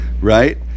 right